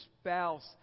spouse